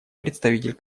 представитель